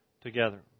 together